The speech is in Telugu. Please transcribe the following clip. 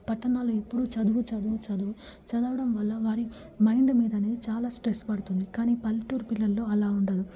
పట్టణాలు ఎప్పుడు చదువు చదువు చదువు చదవడం వల్ల వారి మైండ్ మీదనేది చాలా స్ట్రెస్ పడుతుంది కాని పల్లెటూరు పిల్లల్లో అలా ఉండదు